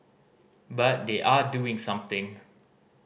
but they are doing something